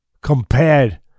compared